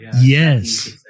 Yes